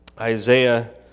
Isaiah